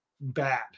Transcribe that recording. bad